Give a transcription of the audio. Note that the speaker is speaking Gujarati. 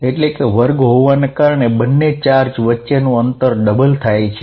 અહીં વર્ગ હોવાના કારણે બન્ને ચાર્જ વચ્ચેનું અંતર ડબલ થાય છે